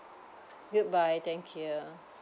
goodbye thank you